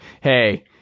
hey